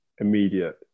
immediate